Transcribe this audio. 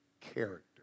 character